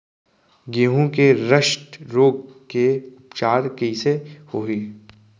गेहूँ के रस्ट रोग के उपचार कइसे होही?